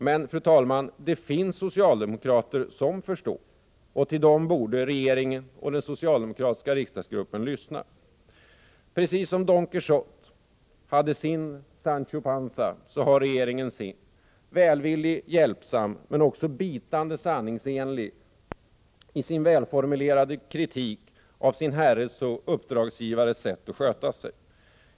Men det finns socialdemokrater som förstår, och till dem borde regeringen och den socialdemokratiska riksdagsgruppen lyssna åtminstone någon gång. Precis som Don Quijote har regeringen sin Sancho Panza — välvillig, hjälpsam, men också bitande sanningsenlig i sin välformulerade kritik av sin herres och uppdragsgivares sätt att sköta sig.